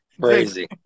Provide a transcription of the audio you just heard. Crazy